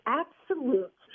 absolute